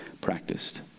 practiced